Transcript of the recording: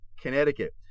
Connecticut